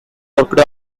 worked